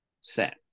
set